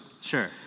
Sure